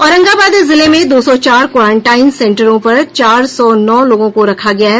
औरंगाबाद जिले में दो सौ चार क्वारेंटाइन सेंटरों प चार सौ नौ लोगों को रखा गया है